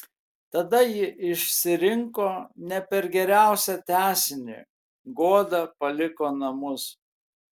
tada ji išsirinko ne per geriausią tęsinį goda paliko namus